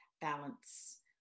balance